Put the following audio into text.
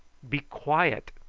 be quiet!